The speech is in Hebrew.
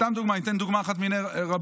סתם דוגמה אחת מני רבות: